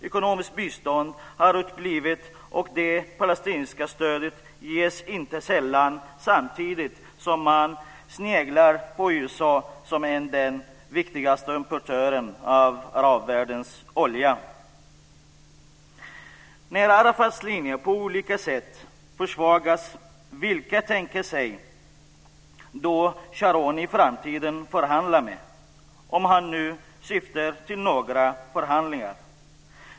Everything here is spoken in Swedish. Ekonomiskt bistånd har uteblivit, och det palestinska stödet ges inte sällan samtidigt som man sneglar på USA, som är den viktigaste importören av arabvärldens olja. Vilka tänker sig Sharon förhandla med i framtiden, om hans syfte är att förhandla, när Arafats linje på olika sätt försvagats?